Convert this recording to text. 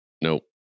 Nope